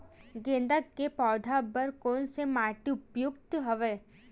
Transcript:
गेंदा के पौधा बर कोन से माटी उपयुक्त हवय?